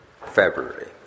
February